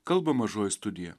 kalba mažoji studija